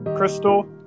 Crystal